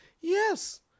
Yes